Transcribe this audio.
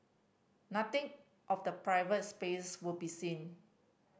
nothing of the private space would be seen